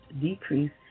decrease